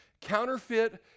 counterfeit